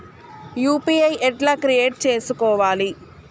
UPI ఎట్లా create చేసుకోవాలి?